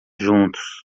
juntos